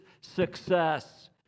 success